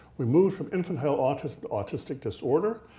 we moved from infantile autism to autistic disorder,